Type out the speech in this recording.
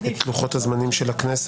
יש גם את לוחות הזמנים של הכנסת.